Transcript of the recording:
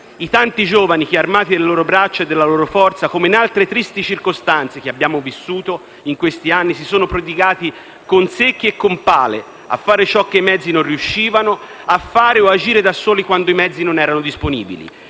I tanti giovani che, armati delle loro braccia e della loro forza, come in altre tristi circostanze che abbiamo vissuto in questi anni, si sono prodigati con secchi e con pale a fare ciò che i mezzi non riuscivano a fare o ad agire da soli quando i mezzi non erano disponibili.